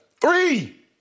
Three